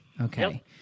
Okay